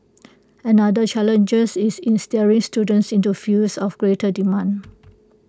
another challenges is in steering students into fields of greater demand